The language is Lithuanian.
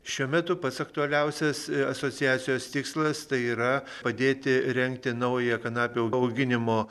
šiuo metu pats aktualiausias asociacijos tikslas tai yra padėti rengti naują kanapių auginimo